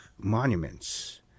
monuments